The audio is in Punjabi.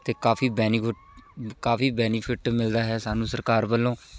ਅਤੇ ਕਾਫੀ ਬੈਨੀਫਿਟ ਕਾਫੀ ਬੈਨੀਫਿਟ ਮਿਲਦਾ ਹੈ ਸਾਨੂੰ ਸਰਕਾਰ ਵੱਲੋਂ